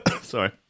sorry